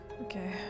Okay